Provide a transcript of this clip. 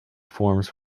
forms